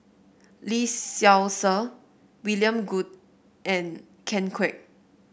Lee Seow Ser William Goode and Ken Kwek